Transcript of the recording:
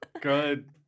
good